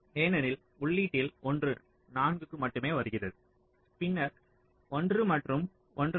ஏனெனில் உள்ளீட்டில் ஒன்று 4 க்கு மட்டுமே வருகிறது பின்னர் 1 மற்றும் 1 6